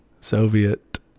Soviet